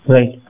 Right